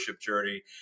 journey